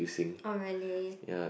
oh really